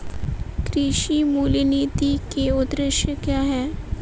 कृषि मूल्य नीति के उद्देश्य क्या है?